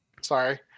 Sorry